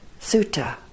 sutta